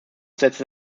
setzte